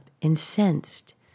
incensed